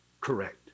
correct